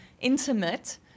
intimate